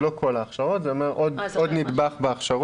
זה לא כל ההכשרות, זה אומר עוד נדבך בהכשרות.